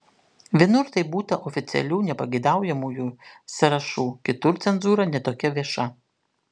vienur tai būta oficialių nepageidaujamųjų sąrašų kitur cenzūra ne tokia vieša